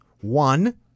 one